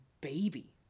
baby